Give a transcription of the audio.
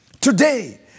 Today